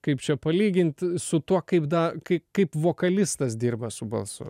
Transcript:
kaip čia palygint su tuo kaip ta kai kaip vokalistas dirba su balsu